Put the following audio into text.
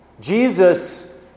Jesus